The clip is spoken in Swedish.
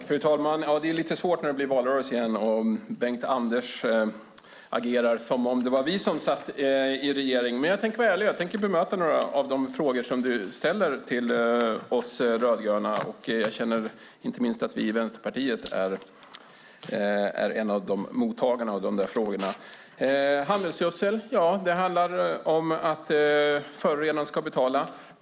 Fru talman! Det är svårt när det blir valrörelse om Bengt Anders agerar som om det var vi som satt i regeringen. Jag ska bemöta några av de frågor som du ställer till oss rödgröna. Jag känner att vi i Vänsterpartiet är en av mottagarna av frågorna. När det gäller handelsgödsel handlar det om att förorenaren ska betala.